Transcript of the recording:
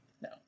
No